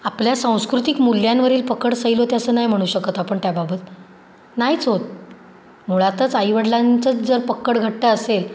आपल्या सांस्कृतिक मूल्यांवरील पकड सैल होते असं नाही म्हणू शकत आपण त्याबाबत नाहीच होत मुळातच आईवडिलांचंच जर पकड घट्ट असेल